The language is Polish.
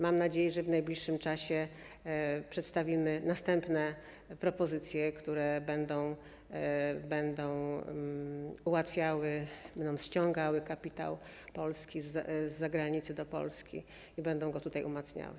Mam nadzieję, że w najbliższym czasie przedstawimy następne propozycje, które będą ułatwiały takie działania, będą ściągały kapitał polski z zagranicy do Polski i będą go tutaj umacniały.